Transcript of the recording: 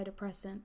antidepressant